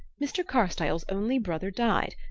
mr. carstyle's only brother died,